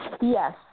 Yes